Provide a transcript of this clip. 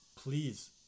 please